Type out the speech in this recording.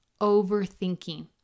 overthinking